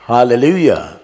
Hallelujah